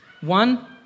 One